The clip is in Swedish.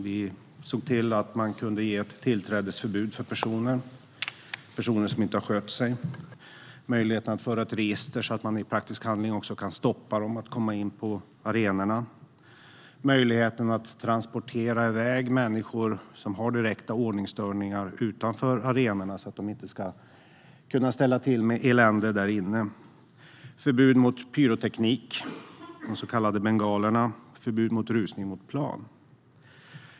Vi såg till att man kunde utfärda tillträdesförbud för personer som inte har skött sig. Vi införde möjligheten att föra ett register, så att man i praktisk handling också kan stoppa dem från att komma in på arenorna. Vi införde möjligheten att transportera iväg människor som gör sig skyldiga till direkta ordningsstörningar utanför arenorna, så att de inte ska kunna ställa till med elände där inne. Vi införde förbud mot pyroteknik - de så kallade bengalerna - och förbud mot rusning mot plan.